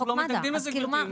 אנחנו לא מתנגדים לזה גברתי,